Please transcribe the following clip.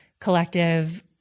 collective